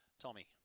Tommy